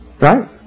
Right